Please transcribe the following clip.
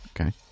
Okay